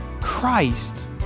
Christ